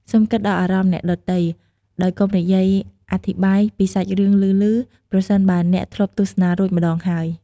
សូមគិតដល់អារម្មណ៍អ្នកដទៃ ដោយកុំនិយាយអធិប្បាយពីសាច់រឿងឮៗប្រសិនបើអ្នកធ្លាប់ទស្សនារួចម្តងហើយ។